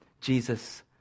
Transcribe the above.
Jesus